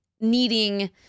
needing